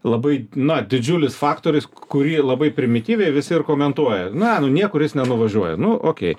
labai na didžiulis faktorius kurį labai primityviai visi ir komentuoja na niekur jis nenuvažiuoja nu okei